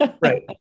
right